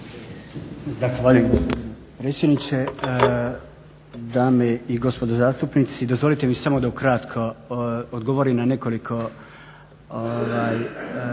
Zahvaljujem